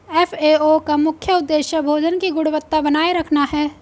FAO का मुख्य उदेश्य भोजन की गुणवत्ता बनाए रखना है